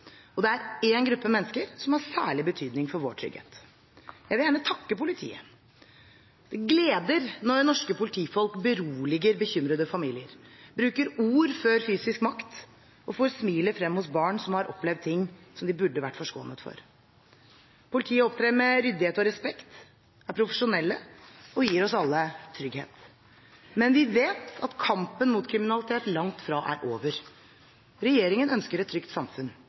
og det er én gruppe mennesker som har særlig betydning for vår trygghet. Jeg vil gjerne takke politiet. Det gleder når norske politifolk beroliger bekymrede familier, bruker ord før fysisk makt og får smilet frem hos barn som har opplevd ting de burde være forskånet for. Politiet opptrer med ryddighet og respekt, er profesjonelle og gir oss alle trygghet. Men vi vet at kampen mot kriminalitet langt fra er over. Regjeringen ønsker et trygt samfunn.